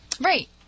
right